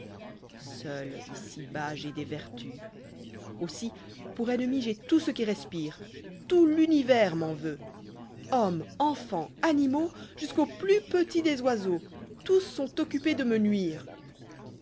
ici bas j'ai des vertus aussi pour ennemi j'ai tout ce qui respire tout i'univers m'en veut honirie enfants animaux jusqu'au plus petit des oiseaux tous sont occupés cie me nuire